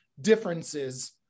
differences